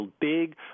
big